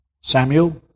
Samuel